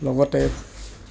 লগতে